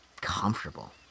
comfortable